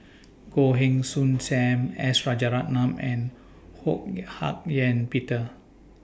Goh Heng Soon SAM S Rajaratnam and Ho Hak Ean Peter